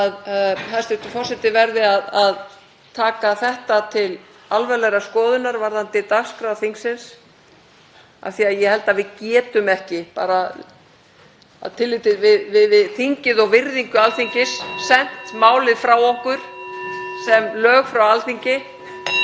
að hæstv. forseti verði að taka þetta til alvarlegrar skoðunar varðandi dagskrá þingsins af því að ég held að við getum ekki, bara af tilliti við þingið og virðingu Alþingis, sent málið (Forseti hringir.) frá okkur sem lög frá Alþingi